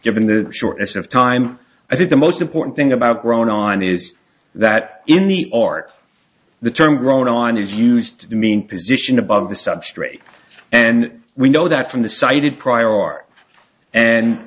given the shortness of time i think the most important thing about grown on is that in the short the term grown online is used to mean position above the substrate and we know that from the cited prior art and